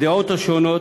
הדעות השונות,